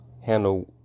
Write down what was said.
handle